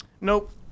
Nope